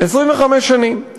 25 שנים.